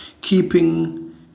keeping